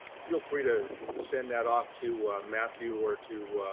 feel free to and send that off to matthew or to